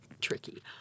tricky